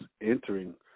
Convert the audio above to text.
entering